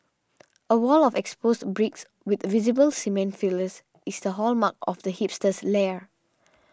a wall of exposed bricks with visible cement fillers is the hallmark of the hipster's lair